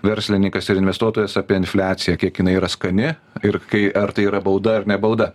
verslininkas ir investuotojas apie infliaciją kiek jinai yra skani ir kai ar tai yra bauda ar ne bauda